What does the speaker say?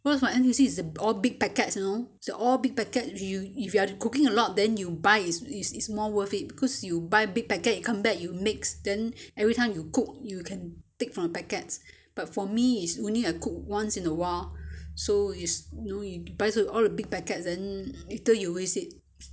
what are from N_T_U_C is all big packets you know it's all big packet you if you are to cooking a lot then you buy is is is more worth it because you buy big packet come back you mix then everytime you cook you can take from the packets but for me is only I cook once in a while so is you know you buy all the big packets then later you waste it